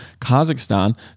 Kazakhstan